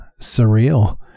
surreal